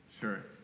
Sure